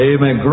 Amen